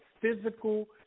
physical